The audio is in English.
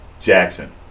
Jackson